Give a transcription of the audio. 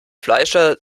fleischer